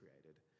created